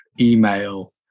email